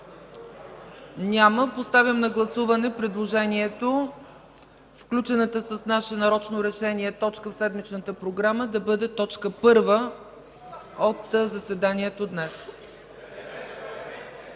Няма. Поставям на гласуване предложението – включената с наше нарочно решение точка в седмичната програма да бъде точка първа от заседанието в